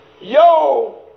yo